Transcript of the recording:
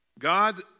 God